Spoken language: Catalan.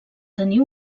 tenir